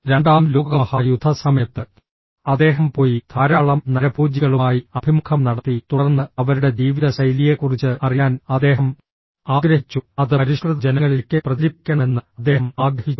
രണ്ടാം ലോകമഹായുദ്ധസമയത്ത് അദ്ദേഹം പോയി ധാരാളം നരഭോജികളുമായി അഭിമുഖം നടത്തി തുടർന്ന് അവരുടെ ജീവിതശൈലിയെക്കുറിച്ച് അറിയാൻ അദ്ദേഹം ആഗ്രഹിച്ചു അത് പരിഷ്കൃത ജനങ്ങളിലേക്ക് പ്രചരിപ്പിക്കണമെന്ന് അദ്ദേഹം ആഗ്രഹിച്ചു